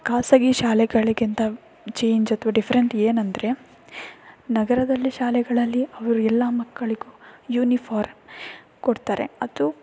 ಖಾಸಗಿ ಶಾಲೆಗಳಿಗಿಂತ ಚೇಂಜ್ ಅಥವಾ ಡಿಫ್ರೆಂಟ್ ಏನಂದರೆ ನಗರದಲ್ಲಿ ಶಾಲೆಗಳಲ್ಲಿ ಅವರು ಎಲ್ಲ ಮಕ್ಕಳಿಗೂ ಯೂನಿಫಾರಮ್ ಕೊಡ್ತಾರೆ ಅದು